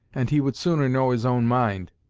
and he would sooner know his own mind.